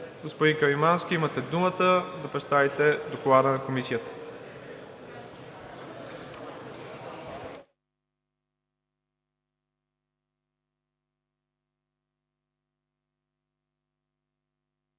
Господин Каримански, имате думата да представите Доклада на Комисията.